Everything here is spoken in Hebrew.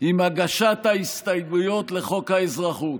עם הגשת ההסתייגויות לחוק האזרחות.